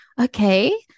okay